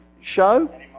show